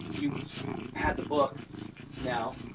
you had the book now.